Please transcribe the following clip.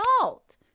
salt